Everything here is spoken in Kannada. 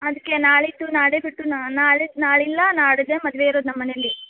ಅದಕ್ಕೆ ನಾಳೆ ಇಟ್ಟು ನಾಳೆ ಬಿಟ್ಟು ನಾಳೆ ನಾಳಿಲ್ಲ ನಾಡಿದ್ದೇ ಮದುವೆ ಇರೋದು ನಮ್ಮ ಮನೇಲ್ಲಿ